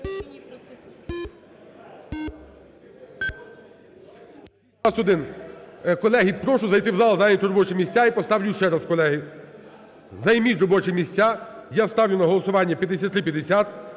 Колеги, прошу зайти в зал, зайняти робочі місця. Я поставлю ще раз, колеги. Займіть робочі місця. Я ставлю на голосування 5350: